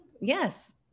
yes